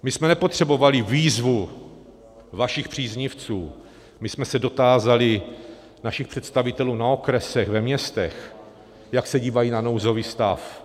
My jsme nepotřebovali výzvu vašich příznivců, my jsme se dotázali našich představitelů na okresech, ve městech, jak se dívají na nouzový stav.